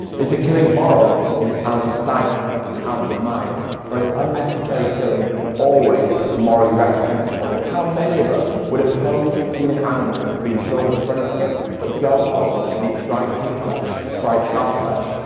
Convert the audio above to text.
is the killing moral if it's out of sight and out of mind? or is unnecessary killing always morally reprehensible? how many of us would oppose seeing an animal being killed in front of us but go home and eat fried pig flesh, fried cow flesh,